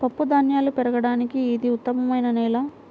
పప్పుధాన్యాలు పెరగడానికి ఇది ఉత్తమమైన నేల